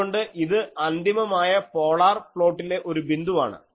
അതുകൊണ്ട് ഇത് അന്തിമമായ പോളാർ പ്ലോട്ടിലെ ഒരു ബിന്ദുവാണ്